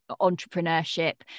entrepreneurship